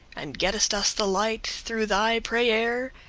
and gettest us the light, through thy prayere,